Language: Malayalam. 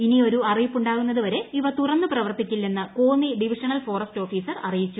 ഇനി ഒരു അറിയിപ്പുണ്ടാകുന്നതു വരെ ഇവ തുറന്നു പ്രവർത്തിക്കില്ലെന്ന് കോന്നി ഡിവിഷണൽ ഫോറസ്റ്റ് ഓഫീസ്റ്റ് അറിയിച്ചു